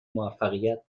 موفقیت